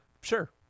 Sure